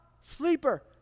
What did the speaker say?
sleeper